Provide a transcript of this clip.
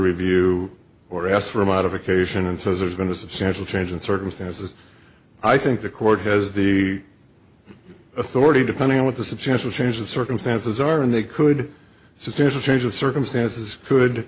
review or asked for a modification and says there's going to substantial change in circumstances i think the court has the authority depending on what the substantial change of circumstances are and they could see if there's a change of circumstances could